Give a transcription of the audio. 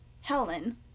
Helen